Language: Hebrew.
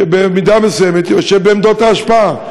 שבמידה מסוימת יושב בעמדות ההשפעה.